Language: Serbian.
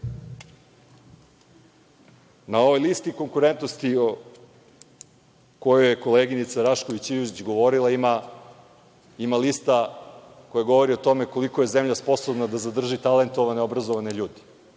ovoj listi konkurentnosti o kojoj je koleginica Rašković Ivić govorila ima lista koja govori o tome koliko je zemlja sposobna da zadrži talentovane obrazovane ljude.